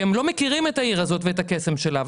זה קורה כי הם לא מכירים את העיר הזאת ואת הקסם שלה.